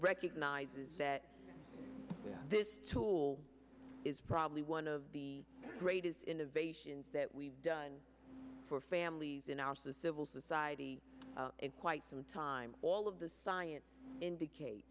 recognizes that this is probably one of the greatest innovations that we've done for families in out the civil society in quite some time all of the science indicates